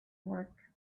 work